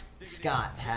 scott